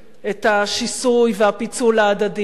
את השיסוי והפיצול ההדדי הזה.